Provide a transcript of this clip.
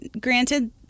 granted